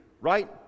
right